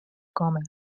komme